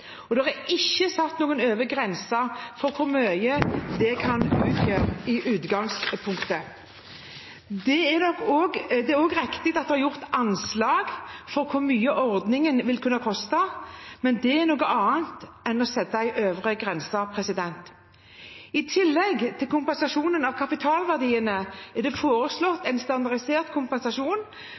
og det er ikke satt noen øvre grense for hvor mye det kan utgjøre i utgangspunktet. Det er riktig at det er gjort et anslag for hvor mye ordningen vil kunne koste, men det er noe annet enn å sette en øvre grense. I tillegg til kompensasjonen av kapitalverdiene er det foreslått en standardisert kompensasjon